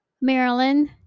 Maryland